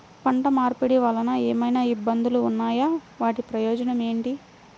పంట మార్పిడి వలన ఏమయినా ఇబ్బందులు ఉన్నాయా వాటి ప్రయోజనం ఏంటి?